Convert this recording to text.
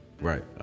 Right